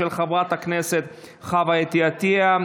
של חברת הכנסת חוה אתי עטייה.